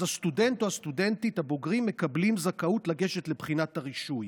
אז הסטודנט או הסטודנטית הבוגרים מקבלים זכאות לגשת לבחינת הרישוי.